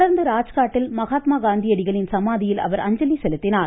தொடர்ந்து ராஜ்காட்டில் மகாத்மாகாந்தியடிகளின் சமாதியில் அவர் அஅ்சலி செலுத்தினார்